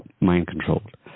mind-controlled